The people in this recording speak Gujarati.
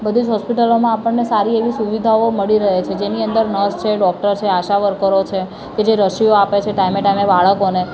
બધી જ હૉસ્પીટલોમાં આપણને સારી એવી સુવિધાઓ મળી રહે છે જેની અંદર નર્સ છે ડૉક્ટર છે આશા વર્કરો છે કે જે રસીઓ આપે છે ટાઈમે ટાઇમે બાળકોને